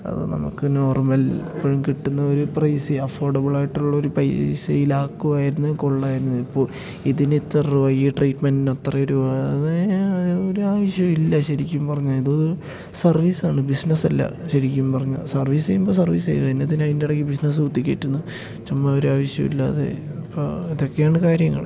അത് നമുക്ക് നോർമൽ ഇപ്പോഴും കിട്ടുന്ന ഒരു പ്രൈസി അഫോഡബ്ളായിട്ടുള്ളോരു പൈസയിലാക്കുവായിരുന്നേ കൊള്ളാം ആയിരുന്നു ഇപ്പോൾ ഇതിന് ഇത്ര രൂപ ഈ ട്രീറ്റ്മെന്നത്ര രൂപ അത് ഒരു ആവശ്യം ഇല്ല ശരിക്കും പറഞ്ഞാൽ ഇത് സർവീസാണ് ബിസ്നസല്ല ശരിക്കും പറഞ്ഞാൽ സർവീസ് ചെയ്യുമ്പോൾ സർവീസ് ചെയ്യുക എന്നാത്തിനാണ് അതിന്റെ ഇടക്ക് ബിസ്നസ്സ് കുത്തി കയറ്റുന്നത് ചുമ്മാ ഒരു ആവശ്യം ഇല്ലാതെ അപ്പം അതൊക്കെയാണ് കാര്യങ്ങൾ